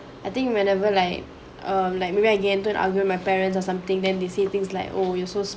I think whenever like err like maybe I get into an argument with my parents or something then they say things like oh you're so